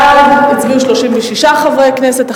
בעד הצביעו 36 חברי כנסת,